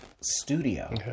studio